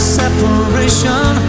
separation